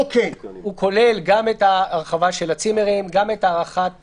הוא כולל גם את ההרחבה של הצימרים, גם את הארכת